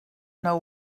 know